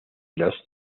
los